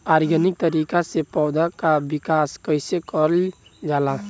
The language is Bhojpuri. ऑर्गेनिक तरीका से पौधा क विकास कइसे कईल जाला?